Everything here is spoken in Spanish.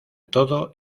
todo